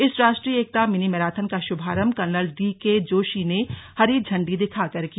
इस राष्ट्रीय एकता मिनी मैराथन का शुभारंभ कर्नल डी के जोशी ने हरी झंडी दिखकर किया